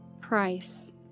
Price